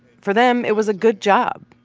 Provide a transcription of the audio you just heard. for them, it was a good job,